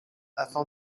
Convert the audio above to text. afin